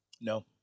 No